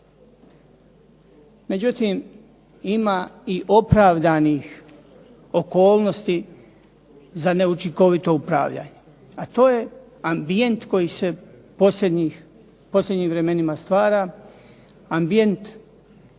Međutim, ima i opravdanih okolnosti za neučinkovito upravljanje, a to je ambijent koji se u posljednjim vremenima stvara. Ambijent